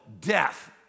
death